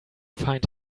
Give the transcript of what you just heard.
find